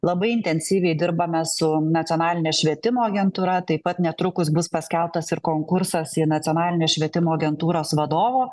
labai intensyviai dirbame su nacionaline švietimo agentūra taip pat netrukus bus paskelbtas ir konkursas į nacionalinės švietimo agentūros vadovo